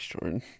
Jordan